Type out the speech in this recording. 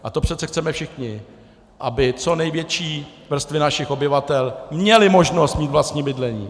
A to přece chceme všichni, aby co největší vrstvy našich obyvatel měly možnost mít vlastní bydlení.